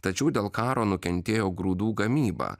tačiau dėl karo nukentėjo grūdų gamyba